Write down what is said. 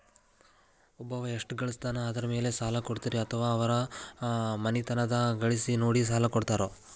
ಒಬ್ಬವ ಎಷ್ಟ ಗಳಿಸ್ತಾನ ಅದರ ಮೇಲೆ ಸಾಲ ಕೊಡ್ತೇರಿ ಅಥವಾ ಅವರ ಮನಿತನದ ಗಳಿಕಿ ನೋಡಿ ಸಾಲ ಕೊಡ್ತಿರೋ?